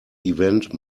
event